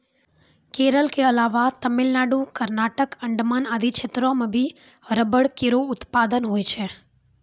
केरल क अलावा तमिलनाडु, कर्नाटक, अंडमान आदि क्षेत्रो म भी रबड़ केरो उत्पादन होय छै